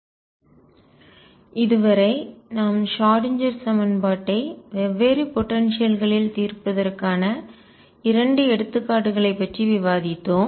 ஒரு பரிமாண கால இடைவெளிக்கான ஷ்ராடின்ஜெர் சமன்பாட்டின் தீர்வு ப்ளாச்சி'ன் தேற்றம் இதுவரை நாம் ஷ்ராடின்ஜெர் சமன்பாட்டை வெவ்வேறு போடன்சியல்களில் ஆற்றல் தீர்ப்பதற்கான இரண்டு எடுத்துக்காட்டுகளை பற்றி விவாதித்தோம்